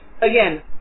again